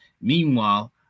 Meanwhile